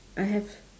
I have